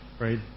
Right